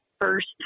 first